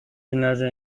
binlerce